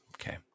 okay